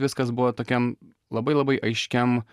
viskas buvo tokiam labai labai aiškiam